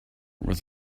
with